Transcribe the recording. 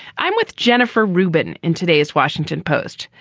i'm with jennifer rubin in today's washington post.